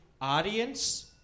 audience